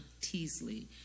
Teasley